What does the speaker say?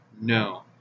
no